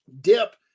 dip